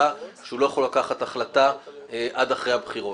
ושר הביטחון שהוא לא יכול לקבל החלטה עד אחרי הבחירות.